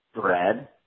Bread